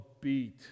beat